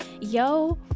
yo